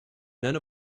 none